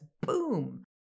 boom